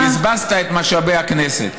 בזבזת את משאבי הכנסת.